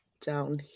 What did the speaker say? down